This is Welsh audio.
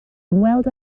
ymweld